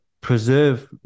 preserve